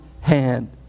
hand